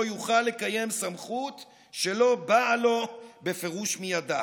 לא יוכל לקיים סמכות שלא באה לו בפירוש מידה.